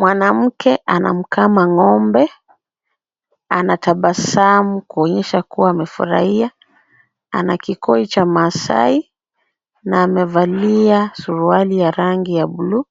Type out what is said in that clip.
Mwanamke anamkama ng'ombe. Ana tabasamu kuonyesha kuwa amefurahia. Ana kikoi cha masai na amevalia suruali ya rangi ya blue .